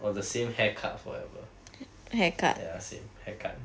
or the same haircut forever ya same haircut